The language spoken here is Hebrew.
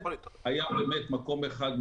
היה באמת מקום אחד,